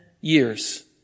years